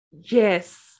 Yes